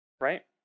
right